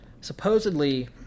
supposedly